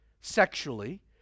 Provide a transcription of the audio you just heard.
sexually